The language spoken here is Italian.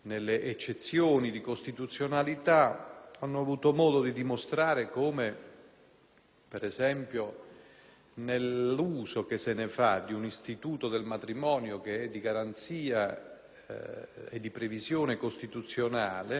ad esempio, nell'uso che si fa dell'istituto del matrimonio, che è di garanzia e previsione costituzionale, e dell'intreccio tra questo istituto e la cittadinanza